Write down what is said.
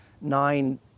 nine